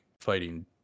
fighting